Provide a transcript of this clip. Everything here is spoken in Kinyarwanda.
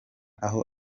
aho